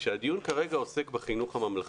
שהדיון כרגע עוסק בחינוך הממלכתי.